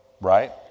right